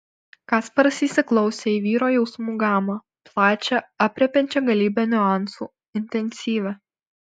kasparas įsiklausė į vyro jausmų gamą plačią aprėpiančią galybę niuansų intensyvią